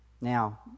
Now